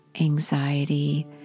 anxiety